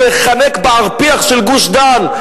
להיחנק בערפיח של גוש-דן,